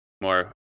more